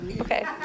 Okay